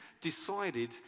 decided